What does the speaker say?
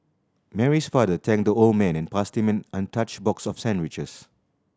Mary's father thanked the old man and passed him an untouched box of sandwiches